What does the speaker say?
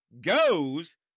goes